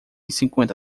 cinquenta